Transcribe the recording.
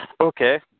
Okay